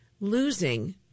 Losing